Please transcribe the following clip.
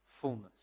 fullness